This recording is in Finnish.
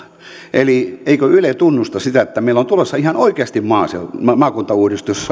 eli eikö yle tunnusta sitä että meillä on tulossa ihan oikeasti maakuntauudistus